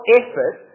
effort